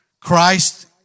Christ